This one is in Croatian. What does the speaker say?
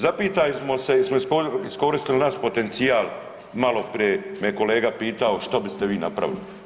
Zapitajmo se jesmo li iskoristili naš potencijal, maloprije me kolega pitao što biste vi napravili?